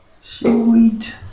Sweet